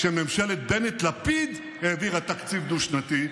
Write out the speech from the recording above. כשממשלת בנט-לפיד העבירה תקציב דו-שנתי,